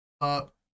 up